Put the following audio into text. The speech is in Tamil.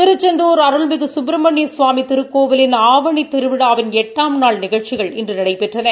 திருச்செந்துர் அருள்மிகு சுப்ரமணியசுவாமி திருக்கோவிலின் ஆவணித் திருவிழாவின் எட்டாம் நாள் நிழ்ச்சிகள் இன்று நடைபெற்றன